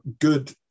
good